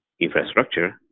infrastructure